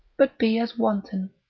but be as wanton,